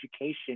education